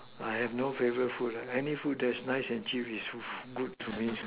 I have no favorite food lah any food that's nice and cheap is good to me